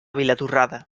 vilatorrada